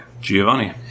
Giovanni